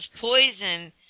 poison